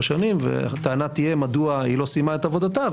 שנים והטענה תהיה מדוע היא לא סיימה את עבודתה,